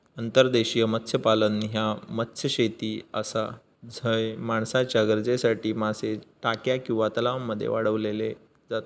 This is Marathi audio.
अंतर्देशीय मत्स्यपालन ह्या मत्स्यशेती आसा झय माणसाच्या गरजेसाठी मासे टाक्या किंवा तलावांमध्ये वाढवले जातत